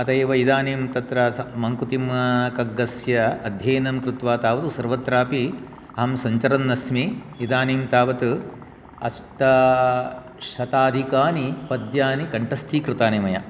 अत एव इदानीं तत्र मङ्कुतीं कग्गस्य अध्ययनङ्कृत्वा तावत् सर्वत्रापि अहं सञ्चरन् अस्मि इदानीं तावत् अष्टशताधिकानि पद्यानि कन्ठस्थीकृतानि मया